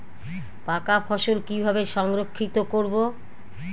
পাকা ফসল কিভাবে সংরক্ষিত করব?